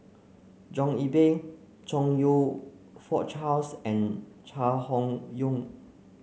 John Eber Chong You Fook Charles and Chai Hon Yoong